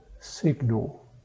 signal